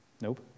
Nope